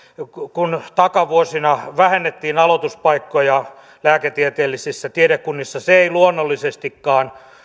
kun takavuosina vähennettiin aloituspaikkoja lääketieteellisissä tiedekunnissa se ei luonnollisestikaan